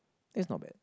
that's not bad